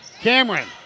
Cameron